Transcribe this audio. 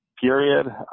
period